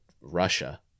Russia